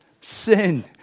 sin